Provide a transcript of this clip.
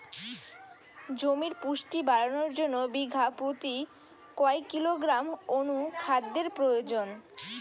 জমির পুষ্টি বাড়ানোর জন্য বিঘা প্রতি কয় কিলোগ্রাম অণু খাদ্যের প্রয়োজন?